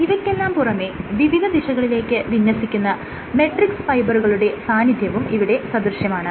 ഇവയ്ക്കെല്ലാം പുറമെ വിവിധ ദിശകളിലേക്ക് വിന്യസിക്കുന്ന മെട്രിക്സ് ഫൈബറുകളുടെ സാന്നിധ്യവും ഇവിടെ സദൃശ്യമാണ്